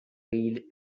wheeled